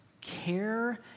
care